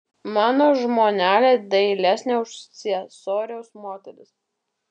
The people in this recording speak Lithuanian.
mano žmonelė dailesnė už ciesoriaus moteris